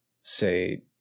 say